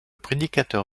prédicateur